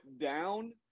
down